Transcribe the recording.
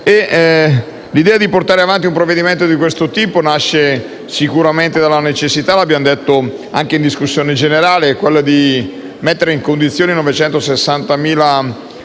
L'idea di portare avanti un provvedimento di questo tipo nasce sicuramente della necessità, come abbiamo detto anche in discussione generale, di mettere in condizione 960.000 persone